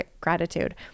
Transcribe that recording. gratitude